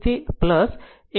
04 હશે